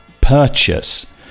purchase